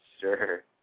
Sure